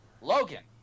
Logan